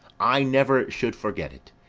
i never should forget it.